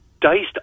diced